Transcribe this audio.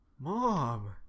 Mom